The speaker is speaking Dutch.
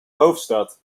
hoofdstad